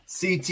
CT